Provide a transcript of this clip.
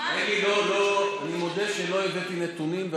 אני מודה שלא הבאתי נתונים.